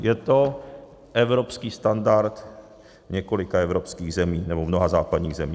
Je to evropský standard několika evropských zemí, v mnoha západních zemích.